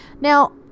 Now